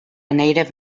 native